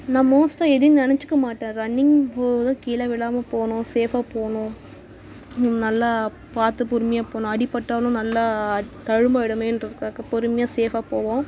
நான் மோஸ்ட்டாக எதையும் நினச்சிக்க மாட்டேன் ரன்னிங் போகும்போது கீழே விழாம போகணும் சேஃபாக போகணும் நல்லா பார்த்து பொறுமையாக போகணும் அடிபட்டாலும் நல்லா தழும்பாகிடுமேன்றதுக்காக பொறுமையாக சேஃபாக போவோம்